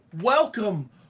Welcome